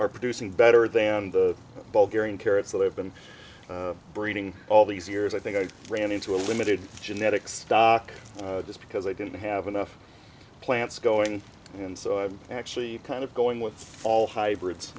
are producing better than the buggering carrots that have been breeding all these years i think i ran into a limited genetic stock just because i didn't have enough plants going in so i'm actually kind of going with all hybrids